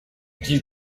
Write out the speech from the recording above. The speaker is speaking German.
die